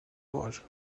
ouvrages